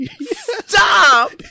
Stop